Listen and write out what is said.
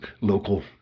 local